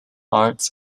art